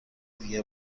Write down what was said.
دیگه